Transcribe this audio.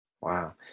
Wow